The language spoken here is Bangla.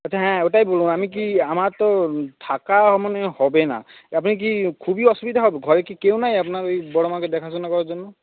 আচ্ছা হ্যাঁ ওটাই বলুন আমি কি আমার তো থাকা মানে হবে না আপনি কি খুবই অসুবিধা হবে ঘরে কি কেউ নাই আপনার ওই বড় মাকে দেখাশোনা করার জন্য